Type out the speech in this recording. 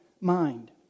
mind